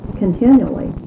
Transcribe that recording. continually